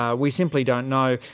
ah we simply don't know,